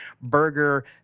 burger